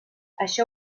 això